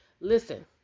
Listen